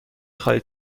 خواهید